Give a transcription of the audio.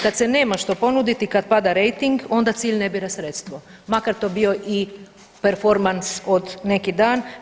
Kad se nema što ponuditi, kad pada rejting onda cilj ne bira sredstvo makar to bio i performans od neki dan.